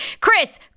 Chris